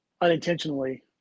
unintentionally